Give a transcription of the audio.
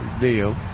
deal